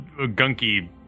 gunky